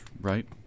right